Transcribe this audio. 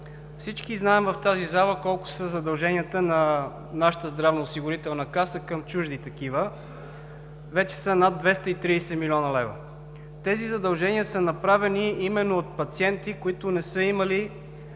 Всички в тази зала знаем колко са задълженията на нашата Здравноосигурителна каса към чужди такива. Вече са над 230 млн. лв. Тези задължения са направени именно от пациенти, които не са имали